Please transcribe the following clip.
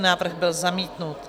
Návrh byl zamítnut.